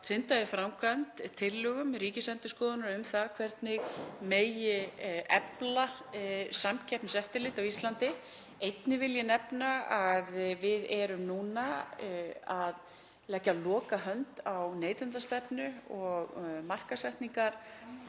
hrinda í framkvæmd tillögum Ríkisendurskoðunar um það hvernig efla megi samkeppniseftirlit á Íslandi. Einnig vil ég nefna að við erum að leggja lokahönd á neytendastefnu og markaðssetningarlöggjöf